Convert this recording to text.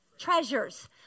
Treasures